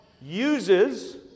uses